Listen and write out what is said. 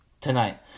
tonight